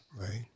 Right